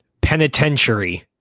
Penitentiary